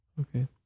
Okay